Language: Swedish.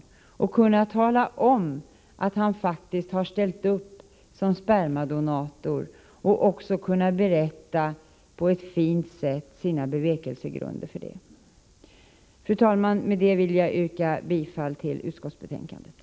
Han måste kunna tala om att han faktiskt har ställt upp som spermadonator och även på ett fint sätt kunna berätta om sina bevekelsegrunder för det. Fru talman! Med detta vill jag yrka bifall till utskottets hemställan.